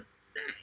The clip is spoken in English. say